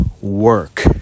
work